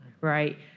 right